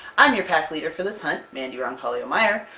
i'm your pack leader for this hunt, mandy roncalio-meyer,